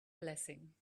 blessing